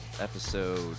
episode